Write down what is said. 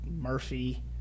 Murphy